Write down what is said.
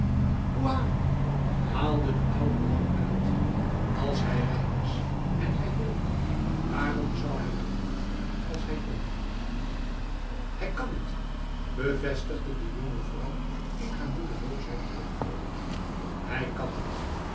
oeah haalde de oude lang uit als hij rijk is en hij wil waarom zou hij dan niet als hij kon hij kan niet bevestigde de jonge vrouw in haar moedeloosheid terugvallend hij kan niet